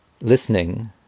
Listening